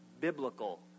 biblical